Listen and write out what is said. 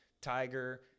Tiger